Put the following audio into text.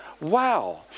wow